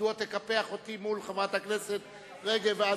מדוע תקפח אותי מול חברת הכנסת רגב?